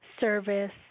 service